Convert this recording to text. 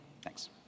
Thanks